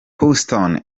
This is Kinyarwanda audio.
houston